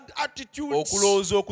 attitudes